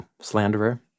slanderer